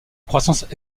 croissance